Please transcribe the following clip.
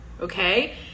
okay